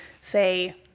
say